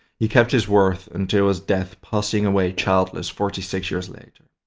he kept his word until his death, passing away childless forty six years later.